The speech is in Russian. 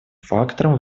фактором